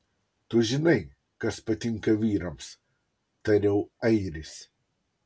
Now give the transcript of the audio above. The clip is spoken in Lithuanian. tu žinai kas patinka vyrams tariau airis